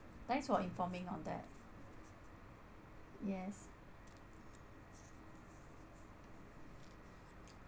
thanks for informing on that yes